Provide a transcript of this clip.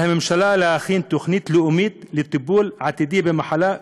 על הממשלה להכין תוכנית לאומית לטיפול עתידי במחלה,